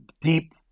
deep